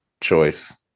choice